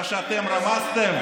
מה שאתם רמסתם,